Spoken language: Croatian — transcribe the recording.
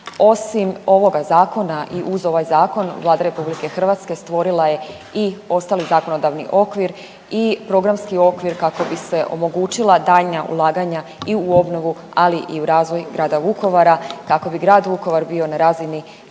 Osim ovoga Zakona i uz ovaj Zakon, Vlada RH stvorila je i ostali zakonodavni okvir i programski okvir kako bi se omogućila daljnja ulaganja i u obnovu, ali i u razvoj grada Vukovara kako bi grad Vukovar bio na razini